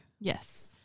Yes